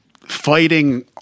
fighting